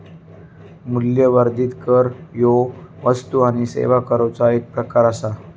मूल्यवर्धित कर ह्यो वस्तू आणि सेवा कराचो एक प्रकार आसा